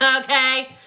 okay